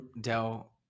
dell